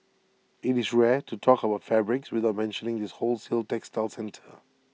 IT is rare to talk about fabrics without mentioning this wholesale textile centre